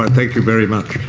thank you very much.